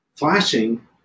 Flashing